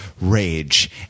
rage